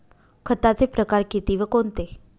खताचे प्रकार किती व कोणते?